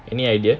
any idea